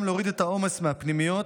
להוריד את העומס מהמחלקות הפנימיות,